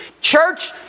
Church